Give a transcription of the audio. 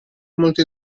molti